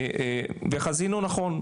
וחזינו נכון,